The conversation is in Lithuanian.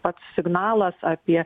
pats signalas apie